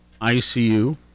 ICU